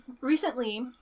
recently